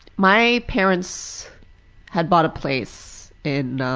my parents had bought a place in